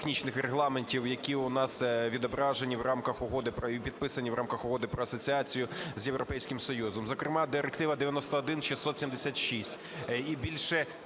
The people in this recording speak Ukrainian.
Дякую.